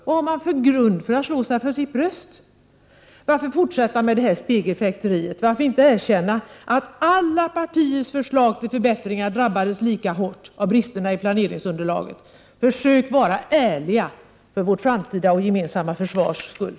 Vad har man för anledning att slå sig för bröstet? Varför fortsätta med detta spegelfäkteri? Varför inte erkänna att alla partiers förslag till förbättringar drabbades lika hårt av bristerna i planeringsunderlaget? Försök att vara ärliga för vårt framtida försvars skull!